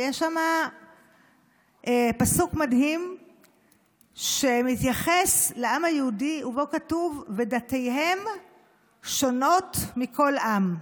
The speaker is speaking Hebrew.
ויש שם פסוק מדהים שמתייחס לעם היהודי ובו כתוב: "ודתיהם שונות מכל עם".